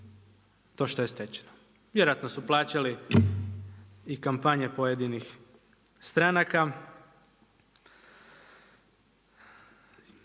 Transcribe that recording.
to što je stečeno. Vjerojatno su plaćali i kampanje pojedinih stranaka.